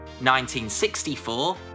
1964